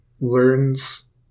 learns